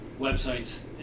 websites